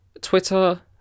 Twitter